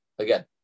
Again